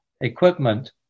equipment